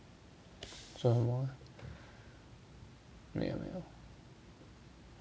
so 没有没有